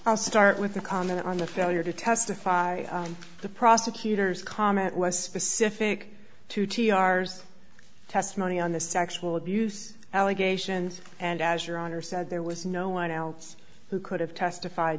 i'll start with a comment on the failure to testify the prosecutor's comment was specific to t r testimony on the sexual abuse allegations and as your honor said there was no one else who could have testified